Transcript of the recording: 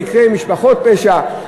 למקרי משפחות פשע,